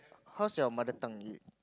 how's your mother tongue y~